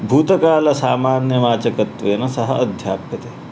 भूतकालसामान्यवाचकत्वेन सः अध्याप्यते